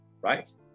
right